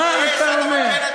מה אתה אומר?